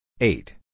Eight